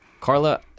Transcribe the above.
Carla